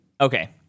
Okay